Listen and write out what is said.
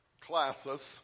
classes